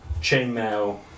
Chainmail